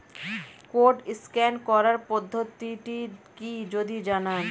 Code scan করার পদ্ধতিটি কি যদি জানান?